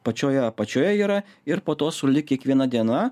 pačioje apačioje yra ir po to sulig kiekviena diena